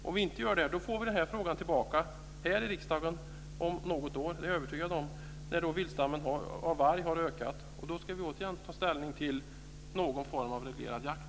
Om vi inte gör det kommer den här frågan tillbaka till riksdagen om något år - det är jag övertygad om - när viltstammen av varg har ökat, och då måste vi återigen ta ställning till någon form av reglerad jakt.